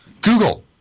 Google